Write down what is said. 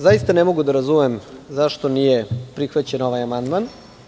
Zaista ne mogu da razumem zašto nije prihvaćen ovaj amandman.